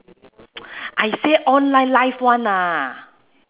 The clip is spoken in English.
I say online live one ah